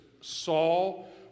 Saul